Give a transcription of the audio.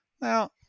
Now